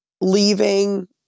leaving